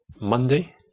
Monday